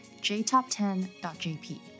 jtop10.jp